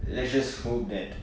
let's just hope that